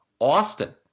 Austin